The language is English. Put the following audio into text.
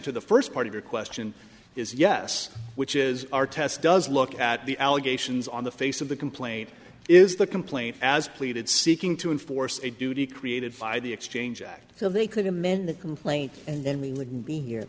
to the first part of your question is yes which is our test does look at the allegations on the face of the complaint is the complaint as pleaded seeking to enforce a duty created by the exchange act so they could amend the complaint and then we wouldn't be here